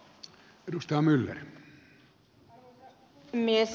arvoisa puhemies